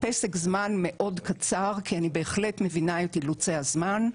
פסק זמן מאוד קצר כי אני בהחלט מבינה את אילוצי הזמן,